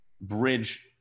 bridge